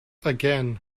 again